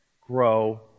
Grow